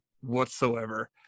whatsoever